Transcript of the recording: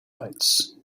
lights